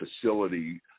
facility